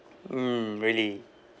mm really